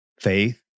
faith